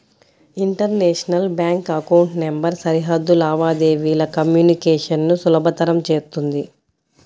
international bank account number సరిహద్దు లావాదేవీల communication ను సులభతరం చేత్తుంది